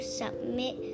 submit